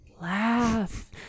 laugh